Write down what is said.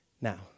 Now